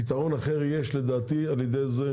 פתרון אחר יש לדעתי על ידי זה